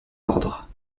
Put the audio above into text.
ordre